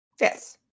Yes